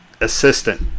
Assistant